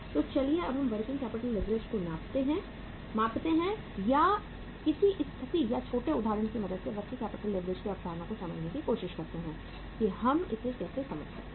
तो चलिए अब हम वर्किंग कैपिटल लीवरेज को मापते हैं या किसी स्थिति या छोटे उदाहरण की मदद से वर्किंग कैपिटल लीवरेज की अवधारणा को समझने की कोशिश करते हैं कि हम इसे कैसे समझ सकते हैं